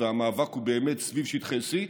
והמאבק הוא באמת סביב שטחי C,